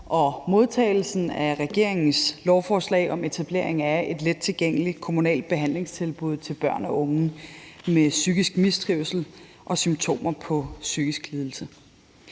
modtagelsen af regeringens lovforslag om etablering af et lettilgængeligt kommunalt behandlingstilbud til børn og unge med psykisk mistrivsel og symptomer på psykisk lidelse.